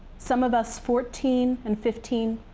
some of us fourteen and fifteen,